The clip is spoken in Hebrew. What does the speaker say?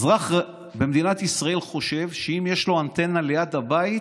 אזרח במדינת ישראל חושב שאם יש לו אנטנה ליד הבית